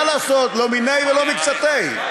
מה לעשות, לא מיניה ולא מקצתיה.